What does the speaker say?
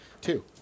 two